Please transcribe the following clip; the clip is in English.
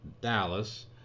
Dallas